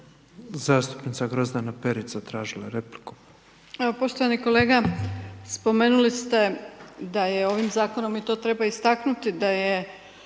Zastupnica Grozdana Perić tražila je repliku.